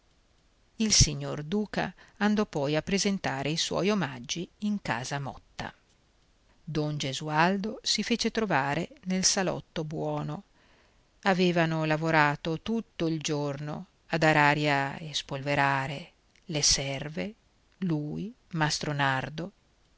il signor duca andò poi a presentare i suoi omaggi in casa motta don gesualdo si fece trovare nel salotto buono avevano lavorato tutto il giorno a dar aria e spolverare le serve lui